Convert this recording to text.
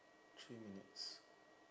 three minutes